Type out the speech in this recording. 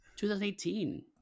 2018